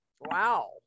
Wow